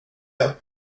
jag